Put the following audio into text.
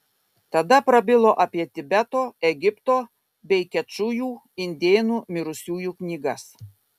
tada prabilo apie tibeto egipto bei kečujų indėnų mirusiųjų knygas